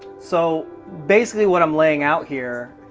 so basically what i'm laying out here,